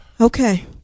Okay